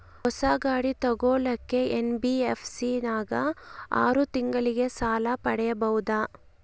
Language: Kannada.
ಹೊಸ ಗಾಡಿ ತೋಗೊಳಕ್ಕೆ ಎನ್.ಬಿ.ಎಫ್.ಸಿ ನಾಗ ಆರು ತಿಂಗಳಿಗೆ ಸಾಲ ಪಡೇಬೋದ?